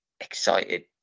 excited